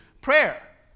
prayer